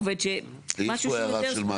עובד, משהו שהוא יותר ספציפי.